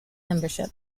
membership